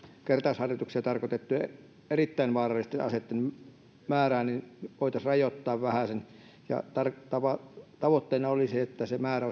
kertausharjoituksiin tarkoitettujen erittäin vaarallisten aseitten määrää voitaisiin rajoittaa vähäsen ja tavoitteena olisi että se määrä